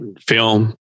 film